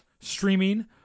streaming